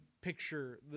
picture